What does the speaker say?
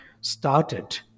started